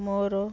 ମୋର